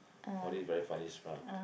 all this very funny stuff